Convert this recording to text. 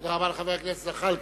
תודה רבה לחבר הכנסת זחאלקה.